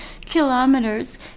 kilometers